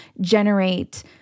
generate